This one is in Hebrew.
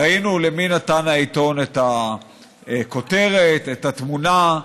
ראינו למי נתן העיתון את הכותרת, את התמונה.